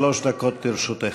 שלוש דקות לרשותך.